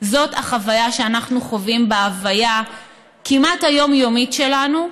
זאת החוויה שאנחנו חווים בהוויה הכמעט-יומיומית שלנו,